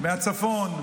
מהצפון,